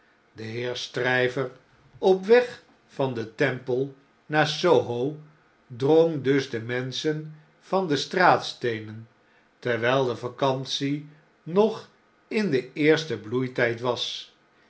de heer stryver op weg van de temple naar s o h o drong dus de menschen van de straatsteenen terwgl de vacantie nog in den eersten bloeitp was